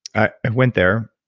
i went there,